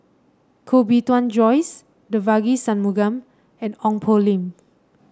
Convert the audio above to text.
Koh Bee Tuan Joyce Devagi Sanmugam and Ong Poh Lim